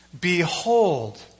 behold